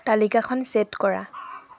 তালিকাখন চেট কৰা